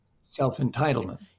Self-entitlement